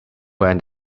when